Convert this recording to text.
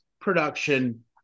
production